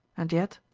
and yet,